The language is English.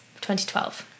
2012